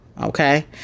Okay